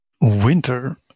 Winter